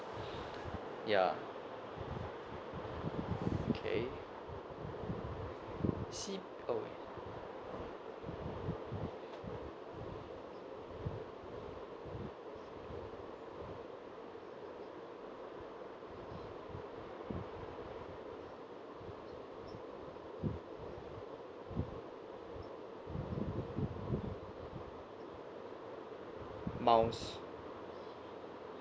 ya okay see oh wait miles